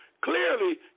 Clearly